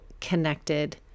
connected